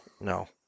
no